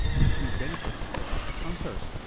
with few benefits for us punters,